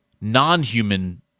non-human